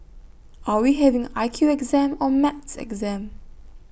are we having I Q exam or maths exam